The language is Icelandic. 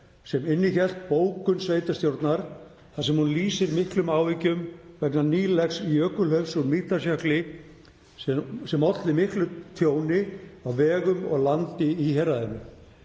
sem innihélt bókun sveitarstjórnar þar sem hún lýsir miklum áhyggjum vegna nýlegs jökulhlaups úr Mýrdalsjökli sem olli miklu tjóni á vegum og landi í héraðinu.